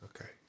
Okay